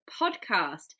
podcast